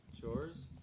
Chores